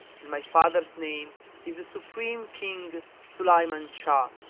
and my father's name is the supreme king sulayman shah,